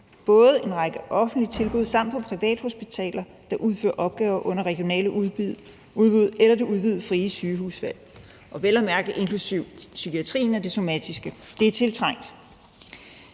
både en række offentlige tilbud samt på privathospitaler, der udfører opgaver under regionale udbud eller det udvidede frie sygehusvalg. Det er vel at mærke inklusive psykiatrien og det somatiske område. Det er tiltrængt!